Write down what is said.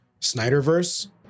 Snyderverse